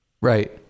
Right